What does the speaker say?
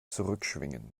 zurückschwingen